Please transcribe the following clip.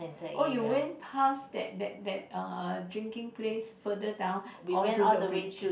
oh you went past that that that uh drinking place further down onto the bridge